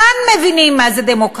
כאן מבינים מה זו דמוקרטיה.